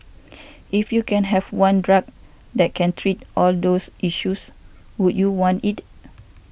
if you can have one drug that can treat all those issues would you want it